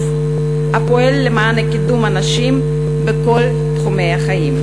הפועל למען קידום הנשים בכל תחומי החיים.